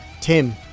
Tim